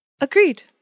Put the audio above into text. Agreed